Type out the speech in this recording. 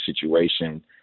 situation